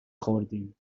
خوردیم